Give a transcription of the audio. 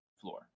floor